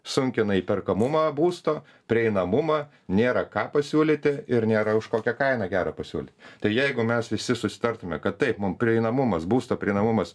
sunkina įperkamumą būsto prieinamumą nėra ką pasiūlyti ir nėra kažkokią kainą gerą pasiūlyt tai jeigu mes visi susitartume kad taip mum prieinamumas būsto prieinamumas